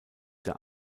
der